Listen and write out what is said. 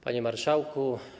Panie Marszałku!